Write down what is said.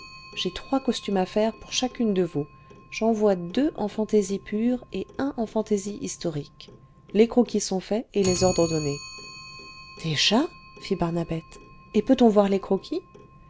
j'ai trois costumes à faire pour chacune de vous j'en vois deux en fantaisie pure et un en fantaisie historique les croquis sont faits et les ordres donnés déjà fit barnabette et peut-on von les croquis